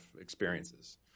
experiences